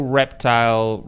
reptile